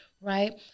right